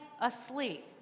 asleep